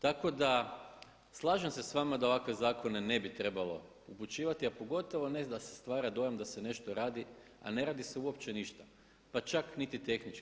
Tako da slažem se s vama da ovakve zakone ne bi trebalo upućivati, a pogotovo ne da se stvara dojam da se nešto radi a ne radi se uopće ništa pa čak niti tehnički.